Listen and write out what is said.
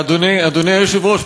אדוני היושב-ראש,